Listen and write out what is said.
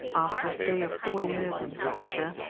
after a stay of four years in persia,